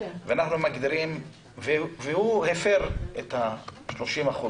והוא הפר את ה-30%.